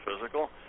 physical